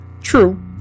True